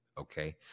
Okay